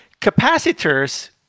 capacitors